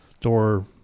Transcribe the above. door